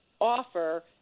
offer